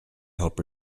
help